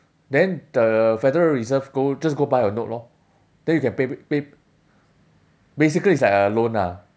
then the federal reserve go just go buy your note lor then you can pay pay pay basically it's like a loan lah